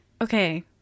okay